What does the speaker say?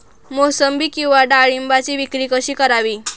मोसंबी किंवा डाळिंबाची विक्री कशी करावी?